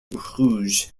rouge